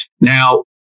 Now